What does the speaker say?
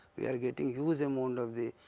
we are getting huge amount of the,